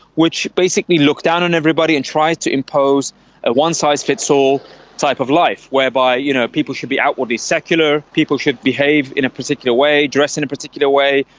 which basically looked down and everybody and tried to impose a one-size-fits-all type of life whereby you know people should be outwardly secular, people should behave in a particular way, dress in a particular way,